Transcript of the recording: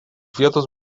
vietos